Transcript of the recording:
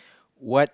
what